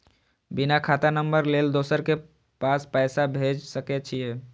बिना खाता नंबर लेल दोसर के पास पैसा भेज सके छीए?